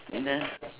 enough